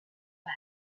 paz